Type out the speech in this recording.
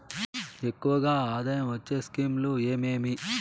ఎక్కువగా ఆదాయం వచ్చే స్కీమ్ లు ఏమేమీ?